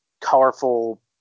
colorful